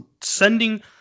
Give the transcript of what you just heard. sending